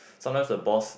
sometimes the boss